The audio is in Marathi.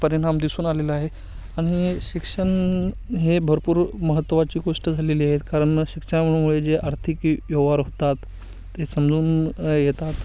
परिणाम दिसून आलेला आहे आणि शिक्षण हे भरपूर महत्त्वाची गोष्ट झालेली आहे कारण शिक्षणामुळे जे आर्थिक व्य व्यवहार होतात ते समजून येतात